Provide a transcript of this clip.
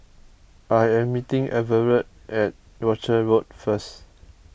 I am meeting Everet at Rochor Road first